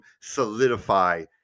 solidify